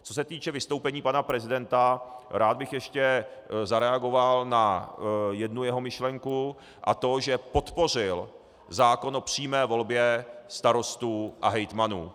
Co se týče vystoupení pana prezidenta, rád bych ještě zareagoval na jednu jeho myšlenku, a to že podpořil zákon o přímé volbě starostů a hejtmanů.